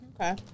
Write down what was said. okay